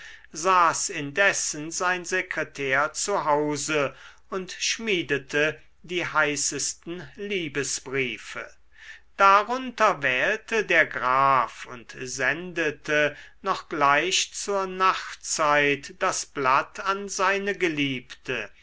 saß indessen sein sekretär zu hause und schmiedete die heißesten liebesbriefe darunter wählte der graf und sendete noch gleich zur nachtzeit das blatt an seine geliebte